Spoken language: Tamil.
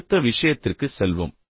அடுத்த விஷயத்திற்கு செல்வோம்